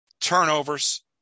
turnovers